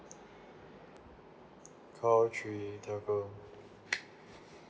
call three telco